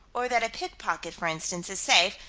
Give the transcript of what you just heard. or that a pickpocket, for instance, is safe,